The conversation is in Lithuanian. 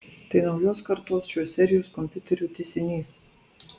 tai naujos kartos šios serijos kompiuterių tęsinys